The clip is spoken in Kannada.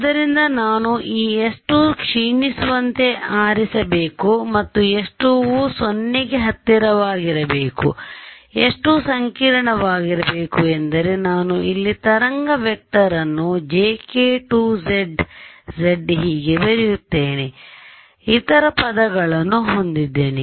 ಆದ್ದರಿಂದ ನಾನು ಈ s2 ಕ್ಷೀಣಿಸುವಂತೆ ಆರಿಸಬೇಕು ಮತ್ತು s2 ವು 0 ಗೆ ಹತ್ತಿರವಿರಬೇಕು s2ಸಂಕೀರ್ಣವಾಗಿರಬೇಕು ಏಕೆಂದರೆ ನಾನು ಇಲ್ಲಿ ತರಂಗ ವೆಕ್ಟರ್ ನ್ನು jk2z z ಹೀಗೆ ಬರೆಯುತ್ತೇನೆ ಇತರ ಪದಗಳನ್ನು ಹೊಂದಿದ್ದೇನೆ